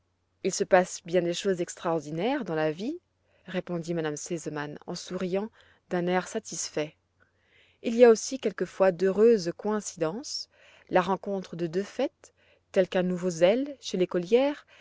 il se passe bien des choses extraordinaires dans la vie répondit m me sesemann en souriant d'un air satisfait il y a aussi quelquefois d'heureuses coïncidences la rencontre de deux faits tels qu'un nouveau zèle chez l'écolière